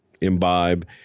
imbibe